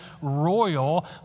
royal